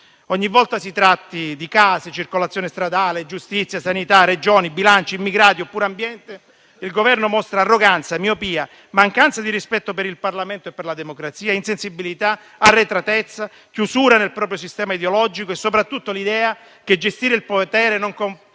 Ogni volta, che si tratti di casa, circolazione stradale, giustizia, sanità, Regioni, bilanci, immigrati oppure ambiente, il Governo mostra arroganza, miopia, mancanza di rispetto per il Parlamento e per la democrazia, insensibilità, arretratezza, chiusura nel proprio sistema ideologico e soprattutto l'idea che gestire il potere non